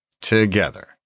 Together